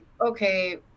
okay